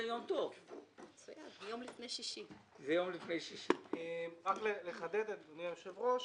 רק לחדד, אדוני היושב-ראש,